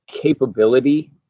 capability